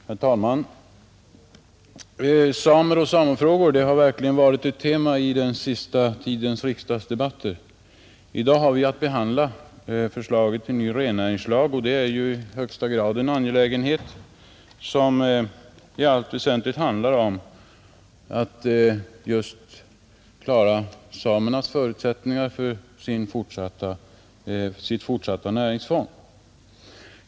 Herr talman! Samer och samefrågor har verkligen varit ett tema i den senaste tidens riksdagsdebatter. I dag har vi att behandla förslaget till ny rennäringslag. Det är i högsta grad en angelägenhet som handlar just om samer och deras framtida möjligheter att bibehålla och utveckla sitt näringsfång.